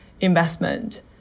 investment